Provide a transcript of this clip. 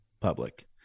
public